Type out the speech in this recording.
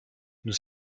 nous